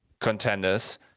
contenders